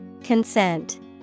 Consent